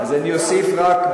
אני אוסיף רק,